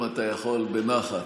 באמת?